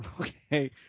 okay